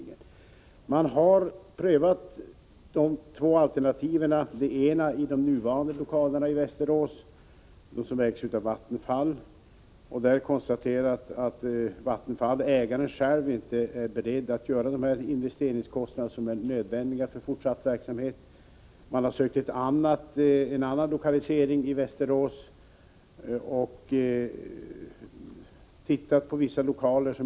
Företaget har prövat två alternativ i Västerås. Det ena är att bibehålla verksamheten i de nuvarande lokalerna. De ägs av Vattenfall, som inte är berett att göra de investeringar i lokalerna som är nödvändiga för fortsatt verksamhet. Det andra alternativet är en lokalisering på annat håll i Västerås.